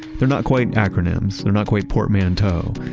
they're not quite acronyms. they're not quite portmanteau.